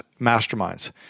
masterminds